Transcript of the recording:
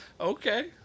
Okay